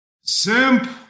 Simp